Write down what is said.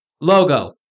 Logo